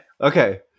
okay